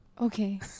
Okay